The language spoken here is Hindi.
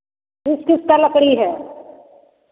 किस किस का लकड़ी है